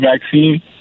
vaccine